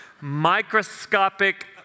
microscopic